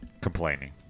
Complaining